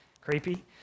Creepy